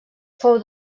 fou